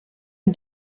une